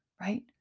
Right